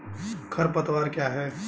खरपतवार क्या है?